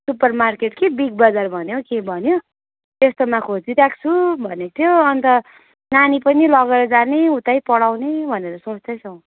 super market के बिग बजार भन्यो के भन्यो त्यो सबमा खोजिराख्छु भनेको थियो अन्त नानी पनि लगेर जाने उतै पढाउने भनेर सोच्दैछौँ